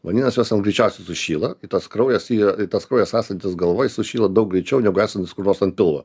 vadinas jos ten greičiausiai sušyla ir tas kraujas yra tas kraujas esantis galvoj sušyla daug greičiau negu esantis kur nors ant pilvo